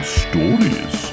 stories